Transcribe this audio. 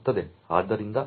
ಆದ್ದರಿಂದ 8